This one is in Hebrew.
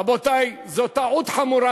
רבותי, זאת טעות חמורה.